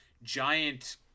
Giant